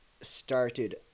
started